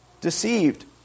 deceived